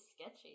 sketchy